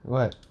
what